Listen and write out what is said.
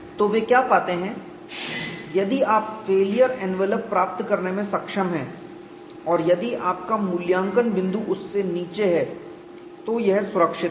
तो वे क्या पाते हैं यदि आप फेलियर एनवेलप प्राप्त करने में सक्षम हैं और यदि आपका मूल्यांकन बिंदु उससे नीचे है तो यह सुरक्षित है